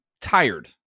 tired